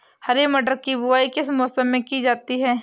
हरी मटर की बुवाई किस मौसम में की जाती है?